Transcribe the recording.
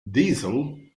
diesel